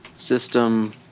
System